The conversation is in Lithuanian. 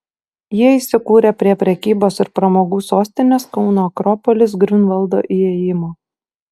jie įsikūrė prie prekybos ir pramogų sostinės kauno akropolis griunvaldo įėjimo